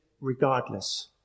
regardless